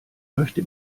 möchte